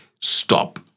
stop